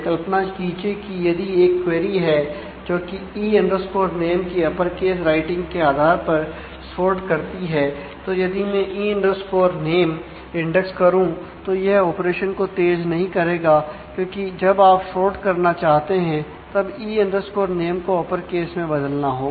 कल्पना कीजिए कि यदि एक क्वेरी है जो कि e name की अपरकेस राइटिंग में बदलना होगा